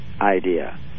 idea